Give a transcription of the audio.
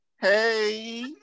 Hey